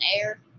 air